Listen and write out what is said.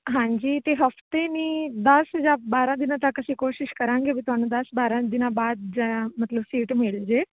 ਹਾਂਜੀ ਅਤੇ ਹਫਤੇ ਨਹੀਂ ਦਸ ਜਾਂ ਬਾਰ੍ਹਾਂ ਦਿਨਾਂ ਤੱਕ ਅਸੀਂ ਕੋਸ਼ਿਸ਼ ਕਰਾਂਗੇ ਵੀ ਤੁਹਾਨੂੰ ਦਸ ਬਾਰ੍ਹਾਂ ਦਿਨਾਂ ਬਾਅਦ ਜ ਮਤਲਬ ਸੀਟ ਮਿਲ ਜਾਵੇ